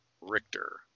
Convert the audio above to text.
Richter